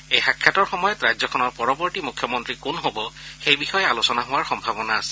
এই সাক্ষাতৰ সময়ত ৰাজ্যখনৰ পৰৱৰ্তী মুখ্যমন্তী কোন হ'ব সেই বিষয়ে আলোচনা হোৱাৰ সম্ভাৱনা আছে